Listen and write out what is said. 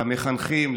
למחנכים,